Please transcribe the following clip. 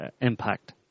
impact